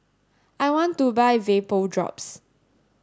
I want to buy Vapodrops